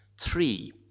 Three